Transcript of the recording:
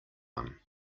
one